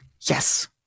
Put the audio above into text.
Yes